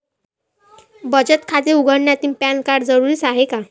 बचत खाते उघडतानी पॅन कार्ड जरुरीच हाय का?